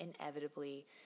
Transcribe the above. inevitably